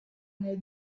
nel